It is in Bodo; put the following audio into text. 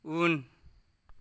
उन